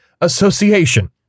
Association